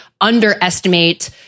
underestimate